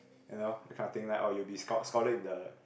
you know that kind of thing like oh you will be sch~ scholar in the